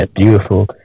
beautiful